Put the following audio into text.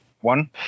one